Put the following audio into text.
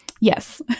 Yes